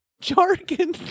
Jargon